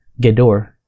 Gedor